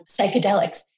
psychedelics